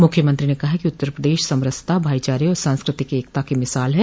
मुख्यमंत्री ने कहा है कि उत्तर प्रदेश समरसता भाईचारे और सांस्कृतिक एकता की मिसाल है